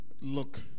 look